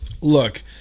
look